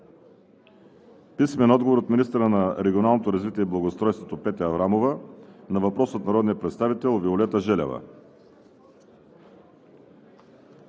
Ахмедов; – министъра на регионалното развитие и благоустройството Петя Аврамова на въпрос от народния представител Виолета Желева;